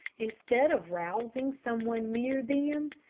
instead of rousing some one near them,